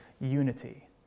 unity